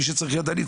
מי שצריך ידני,